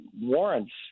warrants